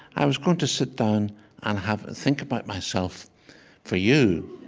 i was going to sit down and have a think about myself for you.